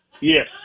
Yes